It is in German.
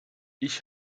ich